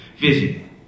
vision